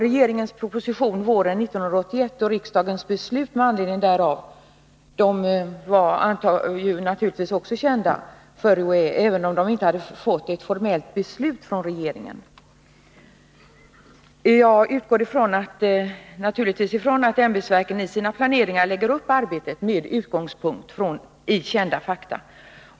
Regeringens proposition våren 1981 och riksdagens beslut med anledning därav var naturligtvis också kända för UHÄ — även om UHÄ inte hade fått ett formellt beslut från regeringen. Jag utgår naturligtvis från att ämbetsverken i sin planering lägger upp arbetet med utgångspunkt i kända fakta.